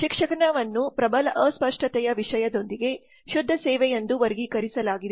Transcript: ಶಿಕ್ಷಣವನ್ನು ಪ್ರಬಲ ಅಸ್ಪಷ್ಟತೆಯ ವಿಷಯದೊಂದಿಗೆ ಶುದ್ಧ ಸೇವೆಯೆಂದು ವರ್ಗೀಕರಿಸಲಾಗಿದೆ